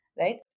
right